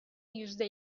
yüzde